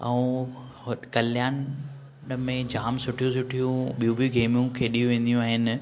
ऐं कल्यान में जाम सुठियूं सुठियूं ॿियूं बि गेमियूं खेॾियूं वेंदियूं आहिनि